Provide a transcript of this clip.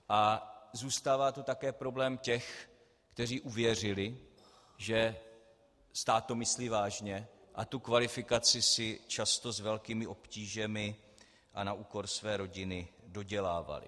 A zůstává tu také problém těch, kteří uvěřili, že to stát myslí vážně, a tu kvalifikaci si často s velkými obtížemi a na úkor své rodiny dodělávali.